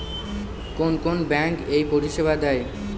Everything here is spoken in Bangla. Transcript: কোন কোন ব্যাঙ্ক এই পরিষেবা দেয়?